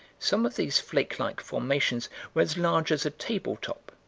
some of these flake-like formations were as large as a table-top.